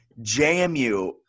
JMU